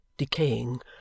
decaying